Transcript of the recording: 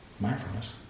mindfulness